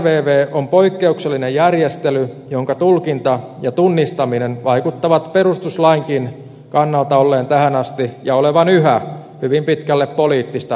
ervv on poikkeuksellinen järjestely jonka tulkinta ja tunnistaminen vaikuttavat perustuslainkin kannalta olleen tähän asti ja olevan yhä hyvin pitkälle poliittista tulkintaa